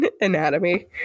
anatomy